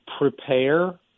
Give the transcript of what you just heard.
prepare